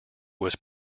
was